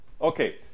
Okay